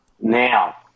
Now